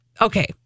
Okay